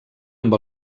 amb